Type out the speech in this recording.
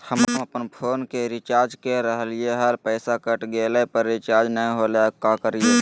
हम अपन फोन के रिचार्ज के रहलिय हल, पैसा कट गेलई, पर रिचार्ज नई होलई, का करियई?